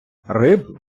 риб